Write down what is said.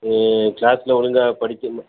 க்ளாஸ்ல ஒழுங்கா படிக்காம